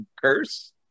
curse